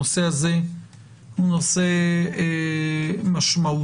הנושא הזה הוא נושא משמעותי.